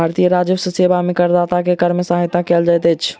भारतीय राजस्व सेवा में करदाता के कर में सहायता कयल जाइत अछि